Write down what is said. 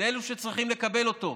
לאלו שצריכים לקבל אותו.